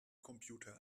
computer